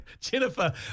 Jennifer